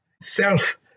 self